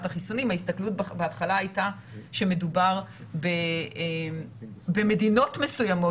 החיסונים ההסתכלות בהתחלה הייתה שמדובר במדינות מסוימות